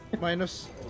Minus